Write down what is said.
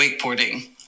wakeboarding